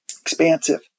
Expansive